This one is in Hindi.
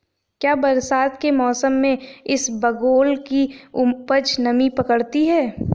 क्या बरसात के मौसम में इसबगोल की उपज नमी पकड़ती है?